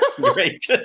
great